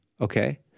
okay